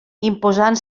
imposant